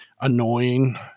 annoying